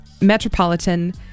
metropolitan